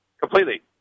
Completely